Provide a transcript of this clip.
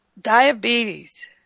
Diabetes